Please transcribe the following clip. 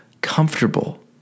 comfortable